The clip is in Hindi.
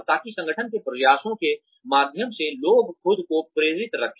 ताकि संगठन के प्रयासों के माध्यम से लोग खुद को प्रेरित रखें